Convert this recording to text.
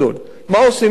מה עושים אתם?